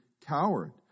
coward